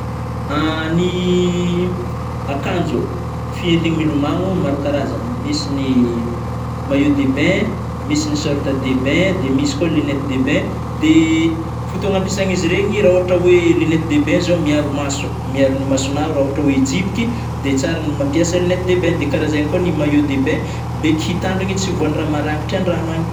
Ny akanjo, fientigny milomano maro karazagny misy ny maillot de bain, misy sorte de bain de misy koa ny lunette de bain, de fotoagna ampiasaignizy regny rah ôhatra oe lunette de bain zao miaro maso, miaro ny masonao rah ôhatra oe hijiboky de tsara ny mampiasa lunette de bain de karahazegny koa ny maillot de bain beky hitandrigny tsy vôhagny raha marangitry andragno agny.